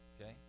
Okay